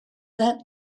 that